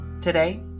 Today